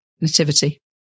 nativity